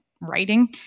writing